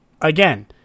Again